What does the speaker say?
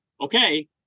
Okay